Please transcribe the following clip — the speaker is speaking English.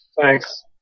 Thanks